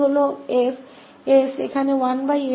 दूसरा शिफ्टिंग प्रमेय कहता है किL 1e sFfH